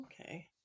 Okay